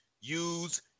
use